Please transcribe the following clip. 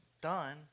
done